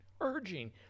urging